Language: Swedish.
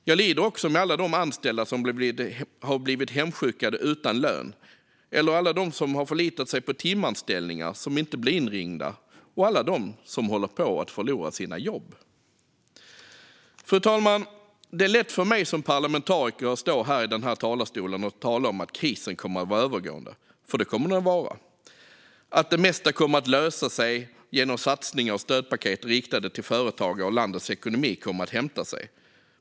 Jag lider också med alla de anställda som har blivit hemskickade utan lön, alla de som har förlitat sig på timanställningar som inte blir inringda och alla de som håller på att förlora sina jobb. Fru talman! Det är lätt för mig som parlamentariker att stå här i denna talarstol och tala om att krisen kommer att vara övergående - för det kommer den att vara - att det mesta kommer att lösa sig genom satsningar och stödpaket riktade till företagare och att landets ekonomi kommer att hämta sig.